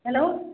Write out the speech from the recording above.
hello